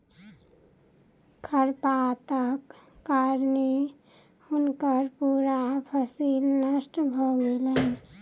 खरपातक कारणें हुनकर पूरा फसिल नष्ट भ गेलैन